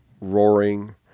roaring